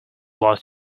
lost